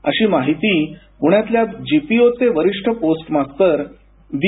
अशी माहिती पुण्यातल्या जीपीओचे वरीष्ठ पोस्टमास्तर बी